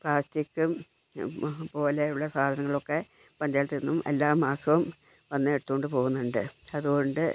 പ്ലാസ്റ്റിക്കും പോലെയുള്ള സാധനങ്ങളൊക്കെ പഞ്ചായത്ത് നിന്നും എല്ലാ മാസവും വന്ന് എടുത്തുകൊണ്ട് പോവുന്നുണ്ട് അതുകൊണ്ട്